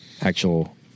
actual